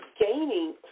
gaining